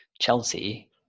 Chelsea